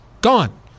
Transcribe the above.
Gone